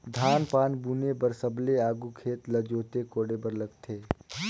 धान पान बुने बर सबले आघु खेत ल जोते कोड़े बर लगथे